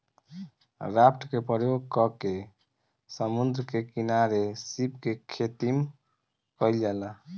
raft के प्रयोग क के समुंद्र के किनारे सीप के खेतीम कईल जाला